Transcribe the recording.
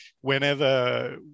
whenever